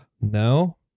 no